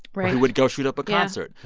right. who would go shoot up a concert.